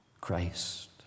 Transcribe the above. Christ